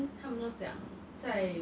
as in it's very very like